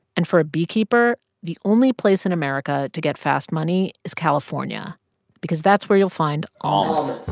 and for a beekeeper, the only place in america to get fast money is california because that's where you'll find. ah